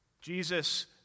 Jesus